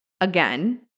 Again